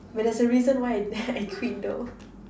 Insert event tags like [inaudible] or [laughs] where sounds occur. but there's a reason why [laughs] I quit though